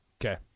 Okay